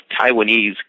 Taiwanese